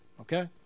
Okay